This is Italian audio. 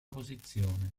posizione